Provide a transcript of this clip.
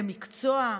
למקצוע?